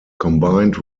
combined